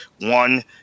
one